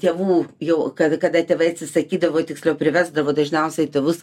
tėvų jau kad kada tėvai atsisakydavo tiksliau privesdavo dažniausiai tėvus